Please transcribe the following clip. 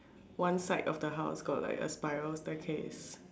one side of the house got like a spiral staircase